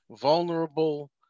vulnerable